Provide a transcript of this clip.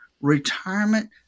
retirement